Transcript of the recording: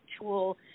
tool